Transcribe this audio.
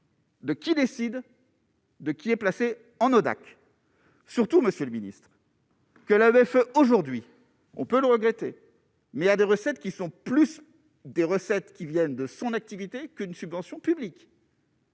De qui décide. De qui est placé en Hodac surtout Monsieur le Ministre. Que elle avait fait, aujourd'hui, on peut le regretter, mais il y a des recettes qui sont plus des recettes qui viennent de son activité qu'une subvention publique.